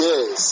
Yes